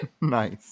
Nice